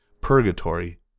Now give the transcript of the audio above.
purgatory